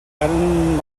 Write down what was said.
харин